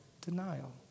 denial